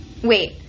Wait